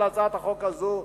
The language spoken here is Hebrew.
בהצעת החוק הזו,